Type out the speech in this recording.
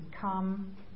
come